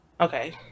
Okay